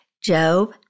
Job